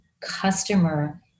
customer